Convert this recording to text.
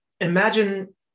imagine